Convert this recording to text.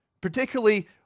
Particularly